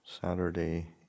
Saturday